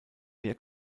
mehr